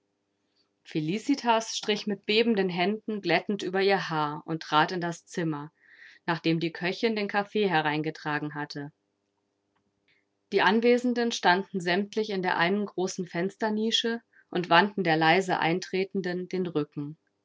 felicitas strich mit bebenden händen glättend über ihr haar und trat in das zimmer nachdem die köchin den kaffee hereingetragen hatte die anwesenden standen sämtlich in der einen großen fensternische und wandten der leise eintretenden den rücken